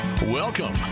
Welcome